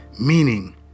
meaning